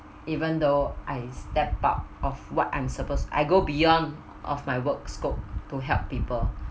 even though I step out of what I'm supposed I go beyond of my work scope to help people